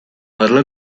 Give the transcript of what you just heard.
dalla